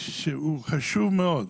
שהוא חשוב מאוד.